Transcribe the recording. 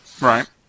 Right